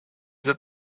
that